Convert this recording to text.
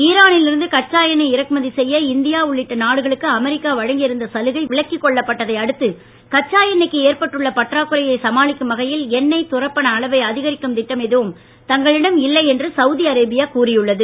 ஈரானில் இருந்து கச்சா எண்ணெய் இறக்குமதி செய்ய இந்தியா உள்ளிட்ட நாடுகளுக்கு அமெரிக்கா வழங்கி இருந்த சலுகை விலக்கிக் கொள்ளப்பட்டதை அடுத்து கச்சா எண்ணெய்க்கு ஏற்பட்டுள்ள பற்றாக்குறையை சமாளிக்கும் வகையில் எண்ணெய் துரப்பன அளவை அதிகரிக்கும் திட்டம் எதுவும் தங்களிடம் இல்லை என்று சவுதி அரேபியா கூறியுள்ளது